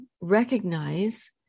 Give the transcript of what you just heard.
recognize